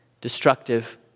destructive